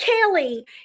Kelly